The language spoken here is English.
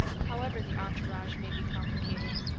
however the entourage may be complicated.